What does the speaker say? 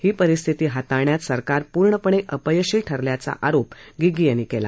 ही परिस्थिती हाताळण्यात सरकार पूर्णपणे अपयशी ठरलं असल्याचा आरोप गिगी यांनी केला